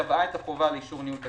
שקבעה את החובה לאישור ניהול תקין,